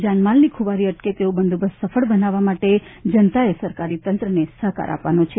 જાનમાલની ખુવારી અટકે તેવો બંદોબસ્ત સફળ બનાવવા માટે જનતાએ સરકારી તંત્રને સહકાર આપવાનો છે